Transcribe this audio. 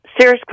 Sears